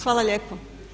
Hvala lijepo.